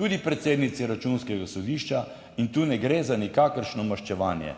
tudi predsednici Računskega sodišča in tu ne gre za nikakršno maščevanje.